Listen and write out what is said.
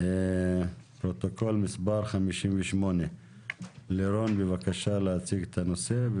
פרוטוקול מס' 58. לירון בבקשה להציג את הנושא.